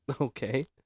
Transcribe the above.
Okay